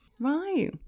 Right